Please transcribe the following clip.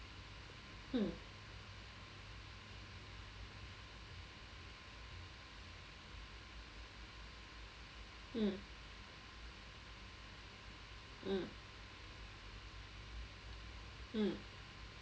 mm mm mm mm